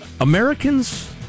Americans